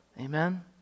Amen